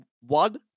one